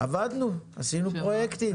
עבדנו, עשינו פרויקטים.